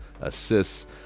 assists